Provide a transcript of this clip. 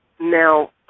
Now